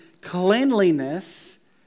cleanliness